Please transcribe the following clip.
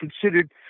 considered